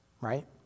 right